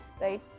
right